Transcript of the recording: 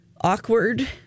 awkward